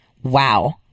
Wow